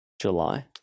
July